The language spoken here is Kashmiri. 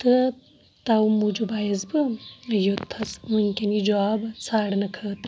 تہٕ تَوٕ موٗجوٗب آیَس بہٕ یوٚتتھَس وُنکیٚن یہِ جاب ژھانرنہٕ خٲطرٕ